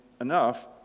enough